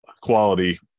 quality